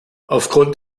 aufgrund